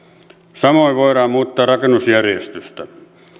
samoin voidaan muuttaa rakennusjärjestystä